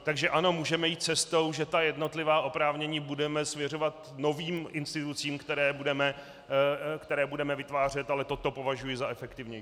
Takže ano, můžeme jít cestou, že ta jednotlivá oprávnění budeme svěřovat novým institucím, které budeme vytvářet, ale toto považuji za efektivnější cestu.